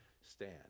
stand